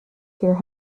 hear